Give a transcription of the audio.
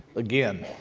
again,